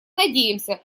надеемся